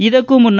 ಇದಕ್ಕೂ ಮುನ್ನ